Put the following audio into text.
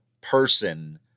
person